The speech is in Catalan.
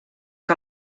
que